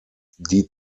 die